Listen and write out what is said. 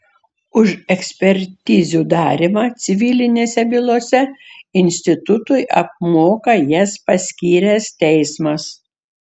už ekspertizių darymą civilinėse bylose institutui apmoka jas paskyręs teismas